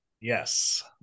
Yes